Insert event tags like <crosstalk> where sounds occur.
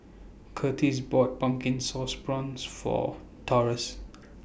Kurtis bought Pumpkin Sauce Prawns For Taurus <noise>